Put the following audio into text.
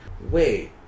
wait